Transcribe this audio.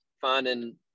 finding –